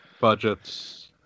budgets